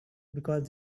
because